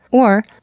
or,